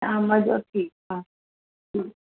हा शामजो ठीकु आहे